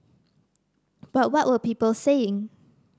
but what were people saying